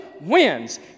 wins